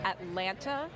Atlanta